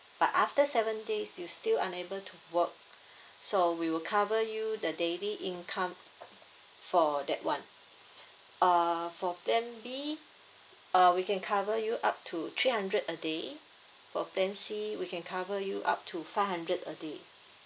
but after seven days you still unable to work so we will cover you the daily income for that one err for plan B uh we can cover you up to three hundred a day for plan C we can cover you up to five hundred a day